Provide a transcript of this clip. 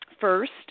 first